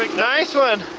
like nice one.